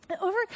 Over